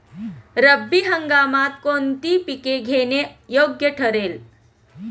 रब्बी हंगामात कोणती पिके घेणे योग्य ठरेल?